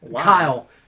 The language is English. Kyle